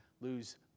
lose